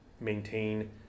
maintain